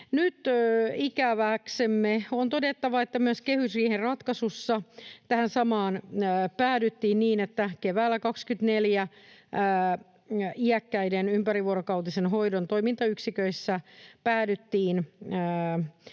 Nyt ikäväksemme on todettava, että myös kehysriihen ratkaisussa tähän samaan päädyttiin niin, että keväällä 2024 iäkkäiden ympärivuorokautisen hoidon toimintayksiköissä päädyttiin